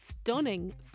stunning